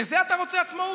לזה אתה קורא עצמאות?